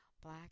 black